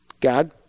God